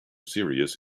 serious